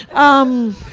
um,